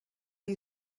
you